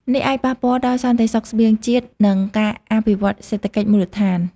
នេះអាចប៉ះពាល់ដល់សន្តិសុខស្បៀងជាតិ និងការអភិវឌ្ឍសេដ្ឋកិច្ចមូលដ្ឋាន។